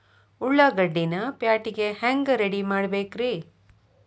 ಉಳ್ಳಾಗಡ್ಡಿನ ಪ್ಯಾಟಿಗೆ ಹ್ಯಾಂಗ ರೆಡಿಮಾಡಬೇಕ್ರೇ?